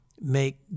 make